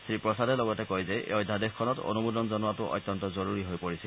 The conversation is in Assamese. শ্ৰীপ্ৰসাদে লগতে কয় যে এই অধ্যাদেশখনত অনুমোদন জনোৱাটো অত্যন্ত জৰুৰী হৈ পৰিছিল